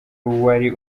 wari